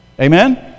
Amen